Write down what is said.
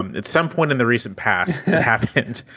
um at some point in the recent past half hit.